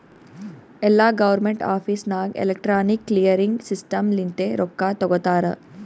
ಎಲ್ಲಾ government office ನಾಗ್ electronic clearing system ಲಿಂತೆ ರೊಕ್ಕಾ ತೊಗೋತಾರ